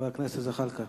חבר הכנסת ג'מאל זחאלקה,